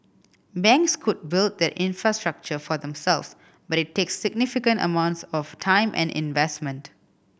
banks could build that infrastructure for themselves but it takes significant amounts of time and investment